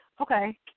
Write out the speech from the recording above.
okay